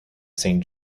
saint